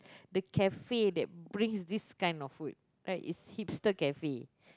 the cafe that brings this kind of food right is hipster cafe